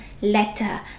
letter